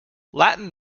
latin